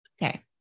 Okay